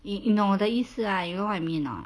你你懂得我的意思 ah you know what I mean or not